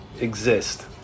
exist